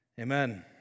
Amen